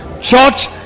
Church